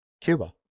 Cuba